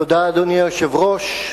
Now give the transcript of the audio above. אדוני היושב-ראש,